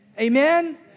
Amen